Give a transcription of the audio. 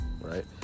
right